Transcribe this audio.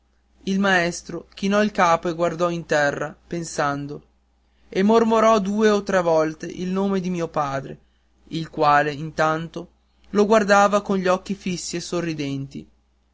il maestro chinò il capo e guardò in terra pensando e mormorò due o tre volte il nome di mio padre il quale intanto lo guardava con gli occhi fissi e sorridenti